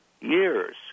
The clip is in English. years